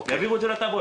יעבירו את זה לטאבו,